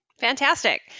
Fantastic